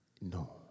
No